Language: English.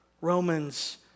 Romans